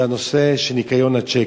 וזה הנושא של ניכיון הצ'קים.